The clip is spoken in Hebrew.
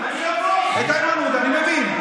את איימן עודה אני מבין.